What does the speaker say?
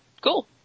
cool